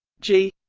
g